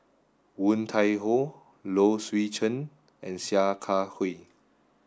Woon Tai Ho Low Swee Chen and Sia Kah Hui